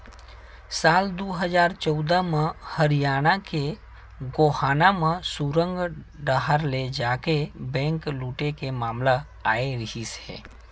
साल दू हजार चौदह म हरियाना के गोहाना म सुरंग डाहर ले जाके बेंक लूटे के मामला आए रिहिस हे